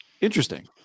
Interesting